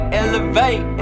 elevate